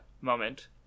moment